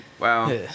Wow